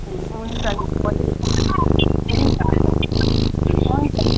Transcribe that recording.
हुन्छ मिस हुन्छ हुन्छ मिस